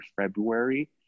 February